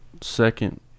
second